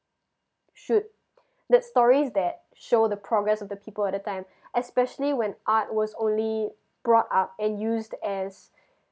should that stories that show the progress of the people at that time especially when art was only brought up and used as